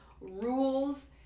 rules